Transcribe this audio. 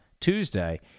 Tuesday